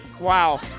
Wow